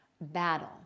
battle